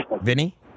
Vinny